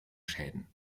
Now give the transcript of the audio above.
schäden